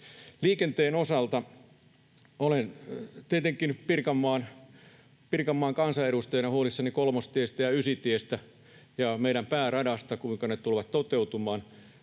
Liikenteen osalta olen tietenkin Pirkanmaan kansanedustajana huolissani Kolmostiestä ja Ysitiestä ja meidän pääradasta, kuinka ne tulevat toteutumaan.